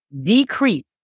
decrease